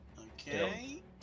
Okay